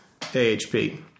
AHP